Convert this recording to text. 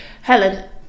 helen